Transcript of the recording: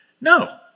No